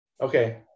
Okay